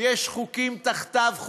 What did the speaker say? יש חוקים תחתיו,